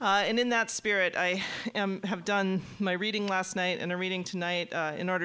and in that spirit i have done my reading last night in a meeting tonight in order